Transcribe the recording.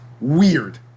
weird